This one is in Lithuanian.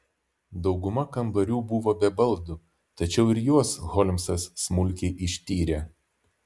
dauguma kambarių buvo be baldų tačiau ir juos holmsas smulkiai ištyrė